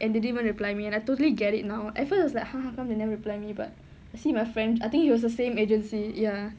and they didn't even reply me and I totally get it now at first was like !huh! how come they never reply me but I see my friend I think it was the same agency ya